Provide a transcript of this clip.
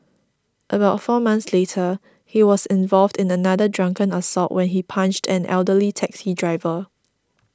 about four months later he was involved in another drunken assault when he punched an elderly taxi driver